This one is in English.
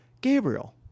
Gabriel